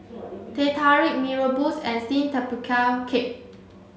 Teh Tarik Mee Rebus and steamed tapioca cake